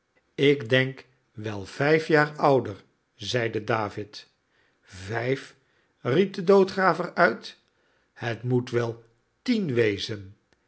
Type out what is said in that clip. ik denk wel vjjf jaar ouder zeide david vijf riep de doodgraver uit het moet wel tien wezen